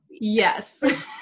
yes